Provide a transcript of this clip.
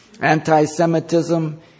Anti-Semitism